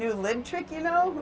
new lid trick you know